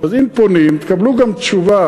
אם פונים, תקבלו גם תשובה.